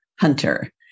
Hunter